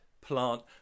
plant